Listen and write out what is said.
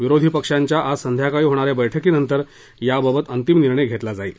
विरोधी पक्षांच्या आज संध्याकाळी होणा या बैठकीनंतर याबाबत अंतिम निर्णय घेतला जाईल